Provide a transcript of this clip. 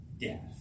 death